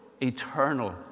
eternal